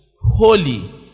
holy